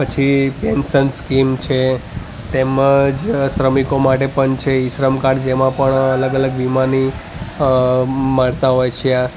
પછી pension scheme છે તેમજ શ્રમિકો માટે પણ છે ઈ શ્રમ કાર્ડ જેમાં પણ અલગ અલગ વીમાની મળતા હોય છે